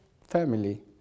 family